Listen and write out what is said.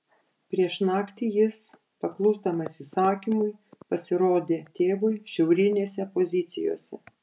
prieš naktį jis paklusdamas įsakymui pasirodė tėvui šiaurinėse pozicijose